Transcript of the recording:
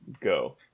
go